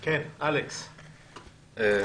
אלכס, בבקשה.